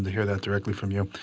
hear that directly from you.